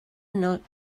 nad